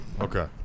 Okay